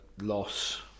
loss